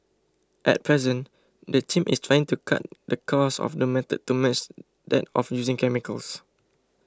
at present the team is trying to cut the cost of the method to match that of using chemicals